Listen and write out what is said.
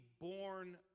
born